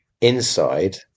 inside